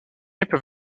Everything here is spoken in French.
peuvent